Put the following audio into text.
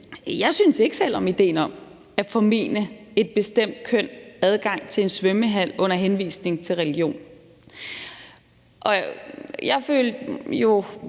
Jeg synes ikke selv om idéen om at formene et bestemt køn adgang til en svømmehal under henvisning til religion. Jeg følte